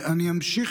אני אמשיך,